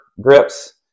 grips